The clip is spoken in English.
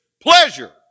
pleasure